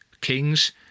kings